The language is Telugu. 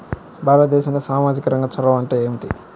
భారతదేశంలో సామాజిక రంగ చొరవ ఏమిటి?